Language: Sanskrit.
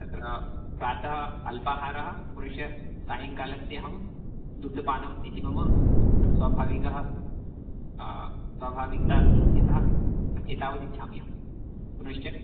तत्र प्रातः अल्पाहारः पुनश्च सायङ्कालस्य अहं दुग्धपानम् इति मम स्वाभाविकः स्वाभाविकता अस्ति यथा एतावदिच्छामि अहं पुनश्च